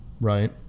Right